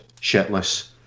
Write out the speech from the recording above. shitless